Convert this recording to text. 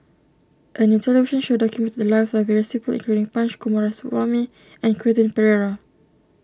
a new television show documented the lives of various people including Punch Coomaraswamy and Quentin Pereira